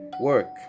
work